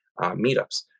meetups